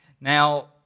Now